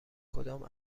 کدام